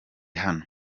hano